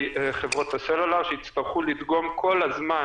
חברות הסלולאריות שיצטרכו לדגום כל הזמן